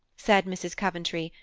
said mrs. coventry,